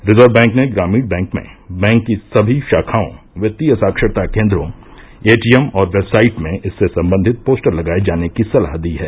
reserve bank ने ग्रामीण क्षेत्र में बैंक की सभी शाखाओं वित्तीय साक्षरता केन्द्रों एटीएम और वेबसाइट में इससे संबंधित पोस्टर लगाए जाने की सलाह दी है